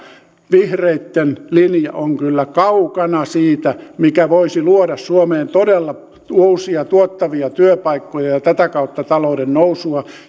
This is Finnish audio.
vihreitten linja on kyllä kaukana siitä mikä voisi luoda suomeen todella uusia tuottavia työpaikkoja ja tätä kautta talouden nousua